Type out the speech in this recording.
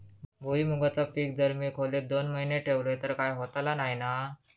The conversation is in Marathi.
भुईमूगाचा पीक जर मी खोलेत दोन महिने ठेवलंय तर काय होतला नाय ना?